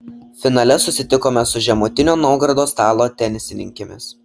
finale susitikome su žemutinio naugardo stalo tenisininkėmis